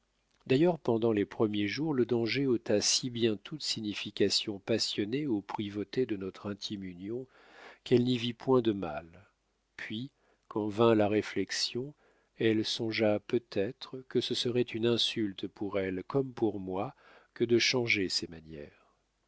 d'ailleurs pendant les premiers jours le danger ôta si bien toute signification passionnée aux privautés de notre intime union qu'elle n'y vit point de mal puis quand vint la réflexion elle songea peut-être que ce serait une insulte pour elle comme pour moi que de changer ses manières